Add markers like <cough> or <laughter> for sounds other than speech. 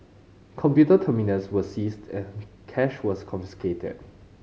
computer terminals were seized <unintelligible> cash was confiscated